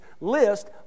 list